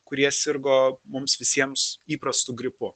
kurie sirgo mums visiems įprastu gripu